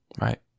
right